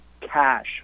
cash